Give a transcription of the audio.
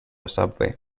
subway